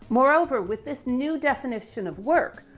moreover, with this new definition of work,